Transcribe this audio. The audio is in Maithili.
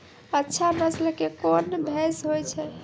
अच्छा नस्ल के कोन भैंस होय छै?